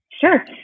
Sure